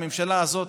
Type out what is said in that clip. הממשלה הזאת,